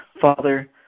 Father